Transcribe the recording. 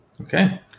Okay